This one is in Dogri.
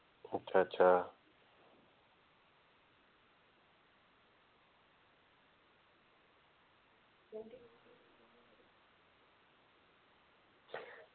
अच्छा अच्छा